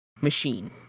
machine